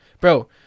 Bro